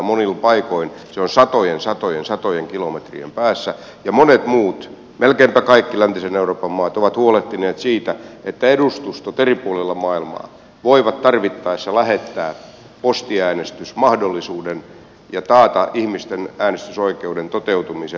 monin paikoin se on satojen satojen satojen kilometrien päässä ja monet muut melkeinpä kaikki läntisen euroopan maat ovat huolehtineet siitä että edustustot eri puolilla maailmaa voivat tarvittaessa lähettää postiäänestysmahdollisuuden ja taata ihmisten äänestysoikeuden toteutumisen